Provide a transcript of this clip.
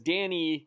Danny